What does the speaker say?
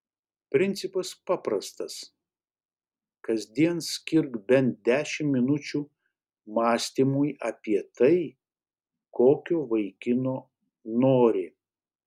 principas paprastas kasdien skirk bent dešimt minučių mąstymui apie tai kokio vaikino nori